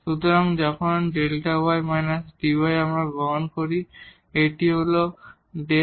সুতরাং যখন Δ y − dy আমরা গ্রহণ করি এটি হল Δ y − dy